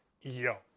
yo